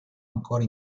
ancora